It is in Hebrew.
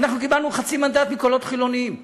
אנחנו קיבלנו חצי מנדט מקולות חילוניים.